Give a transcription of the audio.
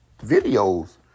videos